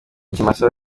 ikimasa